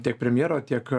tiek premjero tiek